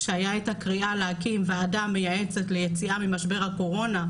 כשהיה איתה קריאה להקים ועדה מייעצת ליציאה ממשבר הקורונה,